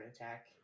attack